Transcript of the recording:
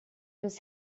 was